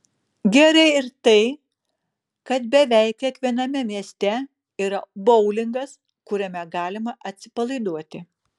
gerai ir tai kad beveik kiekviename mieste yra boulingas kuriame galima atsipalaiduoti